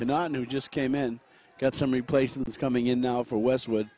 cannot who just came in got some replacements coming in now for westwood